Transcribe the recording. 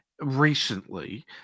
recently –